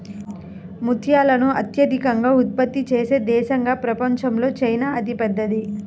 ముత్యాలను అత్యధికంగా ఉత్పత్తి చేసే దేశంగా ప్రపంచంలో చైనా అతిపెద్దది